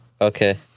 Okay